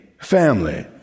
family